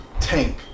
Tank